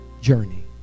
journey